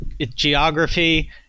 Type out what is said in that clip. geography